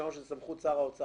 שאמרנו שזה בסמכות שר האוצר.